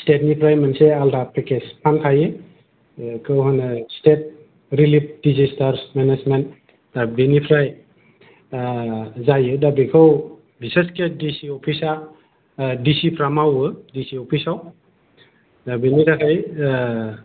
स्टेटनिफ्राय मोनसे आलदा package fund थायो बेखौ होनो स्टेट रिलिफ डिसेस्टार्स मेनेजमेन्ट दा बिनिफ्राय जायो दा बेखौ बिसेसके दिसि अफिसा दिसिफ्रा मावो दिसि अफिसाव दा बेनि थाखाय